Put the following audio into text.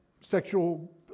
sexual